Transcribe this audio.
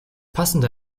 passende